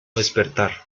despertar